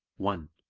one.